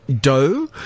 dough